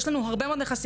יש לנו הרבה מאוד נכסים,